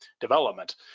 development